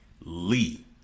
Lee